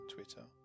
Twitter